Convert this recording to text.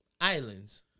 islands